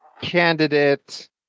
candidate